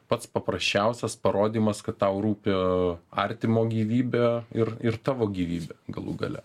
pats paprasčiausias parodymas kad tau rūpi artimo gyvybė ir ir tavo gyvybė galų gale